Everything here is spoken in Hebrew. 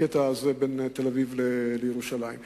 לקטע הזה בין תל-אביב לירושלים .